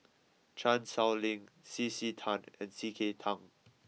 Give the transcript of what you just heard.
Chan Sow Lin C C Tan and C K Tang